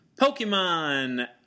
Pokemon